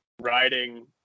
riding